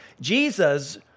Jesus